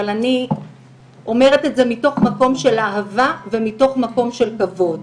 אבל אני אומרת את זה מתוך מקום של אהבה ומתוך מקום של כבוד.